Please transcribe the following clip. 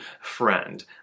friend